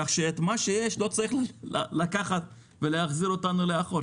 כך שאת מה שיש לא צריך לקחת ולהחזיר אותנו לאחור,